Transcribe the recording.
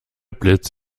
blitz